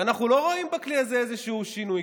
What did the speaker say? ואנחנו לא רואים בכלי הזה איזשהו שינוי,